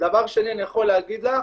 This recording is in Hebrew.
דבר שני, אני יכול להגיד לך